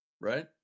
right